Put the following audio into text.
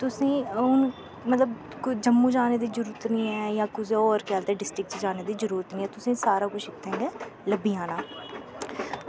तुसें हून मतलव जम्मू जाने दी जरूरत निं ऐ यां कुसै होर गल्ल ते डिस्टिक च जाने दी जरूरत निं ऐ तुसें सारा कुश इत्थें गै लब्भी जाना